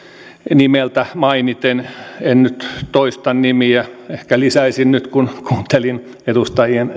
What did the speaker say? nimeltä mainiten en nyt toista nimiä ehkä lisäisin nyt kun kuuntelin edustajien